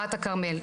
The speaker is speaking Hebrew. טירת הכרמל,